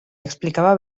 explicava